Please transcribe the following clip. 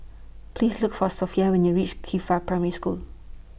Please Look For Sophia when YOU REACH Qifa Primary School